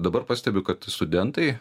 dabar pastebiu kad studentai